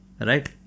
right